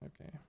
Okay